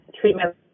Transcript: treatment